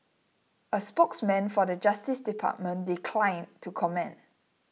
a spokesman for the Justice Department declined to comment